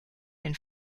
den